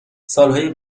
سالهای